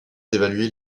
d’évaluer